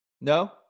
No